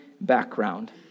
background